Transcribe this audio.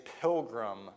pilgrim